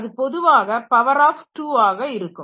அது பொதுவாக power of 2 ஆக இருக்கும்